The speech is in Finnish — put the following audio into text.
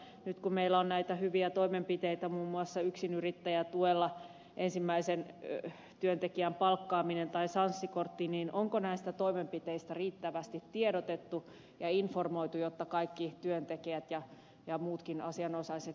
nyt kun meillä on näitä hyviä toimen piteitä muun muassa yksinyrittäjätuella ensimmäisen työntekijän palkkaaminen tai sanssi kortti niin onko näistä toimenpiteistä riittävästi tiedotettu ja informoitu jotta kaikki työntekijät ja muutkin asianosaiset tietävät näistä